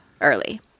early